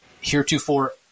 heretofore